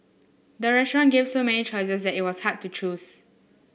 the restaurant gave so many choices that it was hard to choose